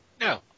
No